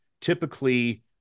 Typically